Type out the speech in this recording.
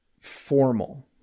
formal